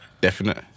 Definite